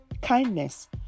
kindness